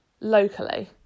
locally